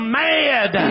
mad